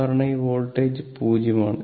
കാരണം ഈ വോൾട്ടേജ് 0 ആണ്